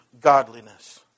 godliness